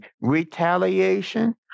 retaliation